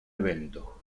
evento